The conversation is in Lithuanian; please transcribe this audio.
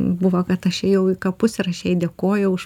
buvo kad aš ėjau į kapus ir aš jai dėkojau už